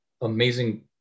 amazing